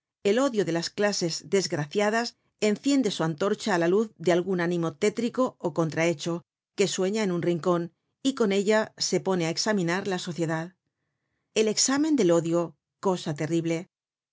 el odio de las clases desgraciadas enciende su antorcha á la luz de algun ánimo tétrico ó contrahecho que sueña en un rincon y con ella se pone á examinar la sociedad el exámen del odio cosa terrible